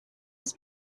his